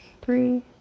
three